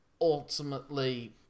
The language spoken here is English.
ultimately